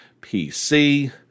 PC